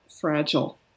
fragile